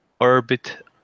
orbit